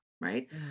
Right